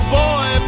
boy